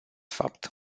fapt